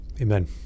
Amen